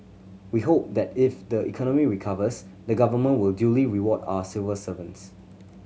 we hope that if the economy recovers the Government will duly reward our civil servants